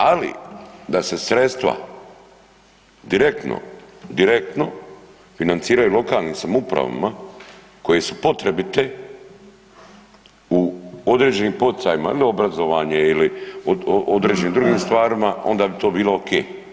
Ali da se sredstva direktno, direktno financiraju lokalnim samoupravama koje su potrebite u određenim poticajima ili obrazovanje ili određenim drugim stvarima onda bi to bilo ok.